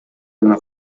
жана